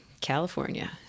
California